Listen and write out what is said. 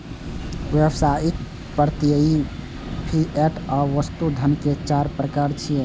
व्यावसायिक, प्रत्ययी, फिएट आ वस्तु धन के चार प्रकार छियै